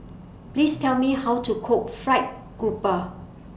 Please Tell Me How to Cook Fried Grouper